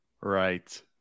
Right